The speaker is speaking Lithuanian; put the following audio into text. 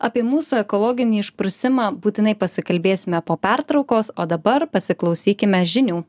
apie mūsų ekologinį išprusimą būtinai pasikalbėsime po pertraukos o dabar pasiklausykime žinių